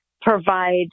provide